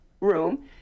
room